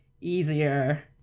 easier